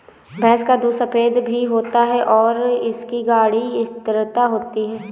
भैंस का दूध सफेद भी होता है और इसकी गाढ़ी स्थिरता होती है